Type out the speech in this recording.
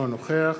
אינו נוכח